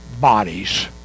bodies